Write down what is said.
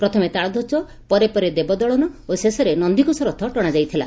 ପ୍ରଥମେ ତାଳଧ୍ୱଜ ପରେ ପରେ ଦେବଦଳନ ଓ ଶେଷରେ ନନିଘୋଷ ରଥ ଟଶାଯାଇଥିଲା